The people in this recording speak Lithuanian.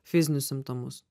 fizinius simptomus